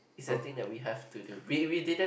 is a thing that we have to do we we didn't